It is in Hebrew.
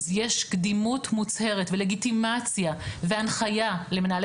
יש קדימות מוצהרת ולגיטימציה והנחייה למנהלי